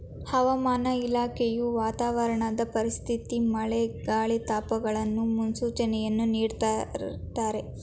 ಹವಾಮಾನ ಇಲಾಖೆಯು ವಾತಾವರಣದ ಪರಿಸ್ಥಿತಿ ಮಳೆ, ಗಾಳಿ, ತಾಪಮಾನಗಳ ಮುನ್ಸೂಚನೆಯನ್ನು ನೀಡ್ದತರೆ